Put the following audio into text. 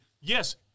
yes